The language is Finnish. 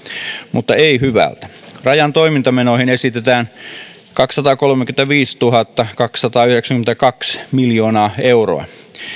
mutta ei hyvältä rajan toimintamenoihin esitetään kaksisataakolmekymmentäviisituhattakaksisataayhdeksänkymmentäkaksi miljoonaa euroa